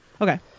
okay